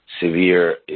severe